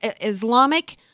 Islamic